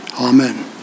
Amen